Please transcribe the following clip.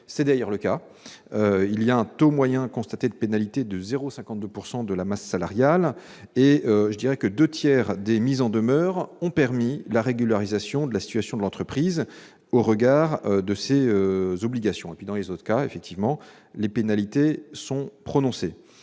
est d'ailleurs le cas. Le taux moyen constaté de pénalité est de 0,52 % de la masse salariale. J'ajoute que deux tiers des mises en demeure ont permis la régularisation de la situation de l'entreprise au regard de ses obligations. Dans les autres cas, les pénalités sont prononcées.